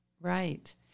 right